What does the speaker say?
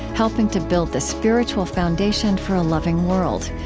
helping to build the spiritual foundation for a loving world.